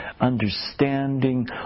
understanding